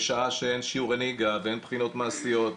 בשעה שאין שיעורי נהיגה ואין בחינות מעשיות,